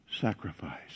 sacrifice